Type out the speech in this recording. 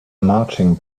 marching